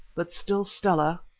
but still stella,